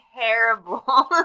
terrible